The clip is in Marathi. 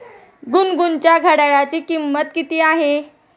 गुनगुनच्या घड्याळाची किंमत किती आहे?